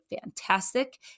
fantastic